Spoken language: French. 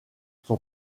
son